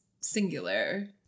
singular